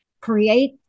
create